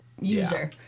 User